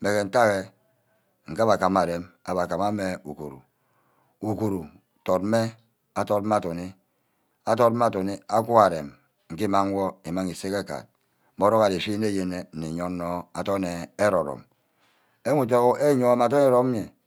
mme íntack eh ngabe gumarem abbe guma mme uguru. uguru dotmeh. adot meh aduni. adot meh aduní. agwa arem ngí ímang wor ímang îse ke agard. mmoroho arí íshine yen nu ye onor adorn ere-rome ewi yourwor adorn ere-rome nye